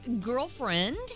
girlfriend